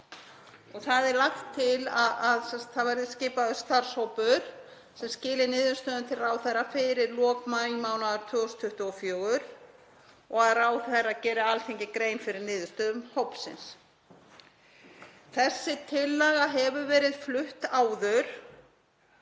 Lagt er til að skipaður verði starfshópur sem skili niðurstöðum til ráðherra fyrir lok maímánaðar 2024 og að ráðherra geri Alþingi grein fyrir niðurstöðum hópsins. Þessi tillaga hefur verið flutt áður,